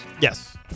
Yes